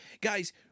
Guys